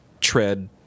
tread